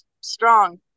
strong